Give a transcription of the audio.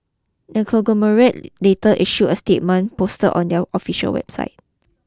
the conglomerate later issue a statement post on their official website